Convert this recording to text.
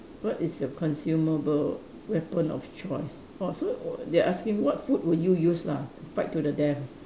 what is your consumable weapon of choice orh so they asking what food would you use lah to fight to death